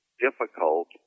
difficult